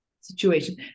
situation